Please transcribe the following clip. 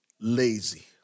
lazy